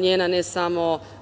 Njena, ne samo